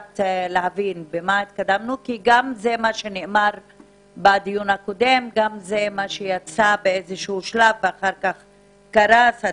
זה מה שנאמר גם בדיון הקודם ואחר כך קרס.